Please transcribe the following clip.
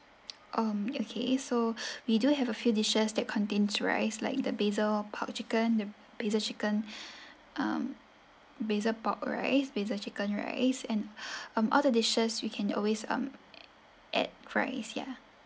um okay so we do have a few dishes that contains rice like the basil pork chicken the basil chicken um basil pork rice basil chicken rice and um all the dishes you can always um add rice ya